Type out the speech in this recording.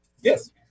Yes